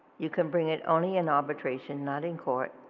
you can bring it only in arbitration not in court